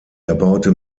erbaute